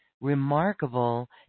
remarkable